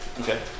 Okay